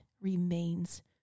remains